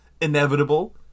inevitable